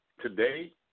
Today